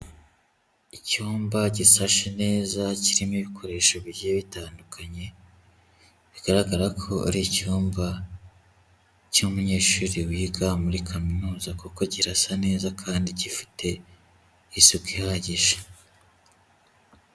Icyumba gisashe neza, kirimo ibikoresho bigiye bitandukanye, bigaragara ko ari icyumba cy'umunyeshuri wiga muri kaminuza kuko kirasa neza kandi gifite isuku ihagije.